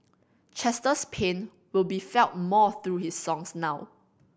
Chester's pain will be felt more through his songs now